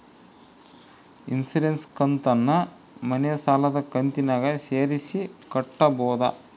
Insurance ಕಂತನ್ನ ಮನೆ ಸಾಲದ ಕಂತಿನಾಗ ಸೇರಿಸಿ ಕಟ್ಟಬೋದ?